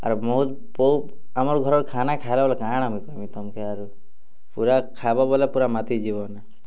ଆର୍ ଆମର୍ ଘରର୍ ଖାନା ଖାଇଲବେଳେ କାଣା ମୁଇଁ କହେମି ତମ୍କେ ଆରୁ ପୁରା ଖାଇବ ବୋଲେ ପୁରା ମାତିଯିବନେ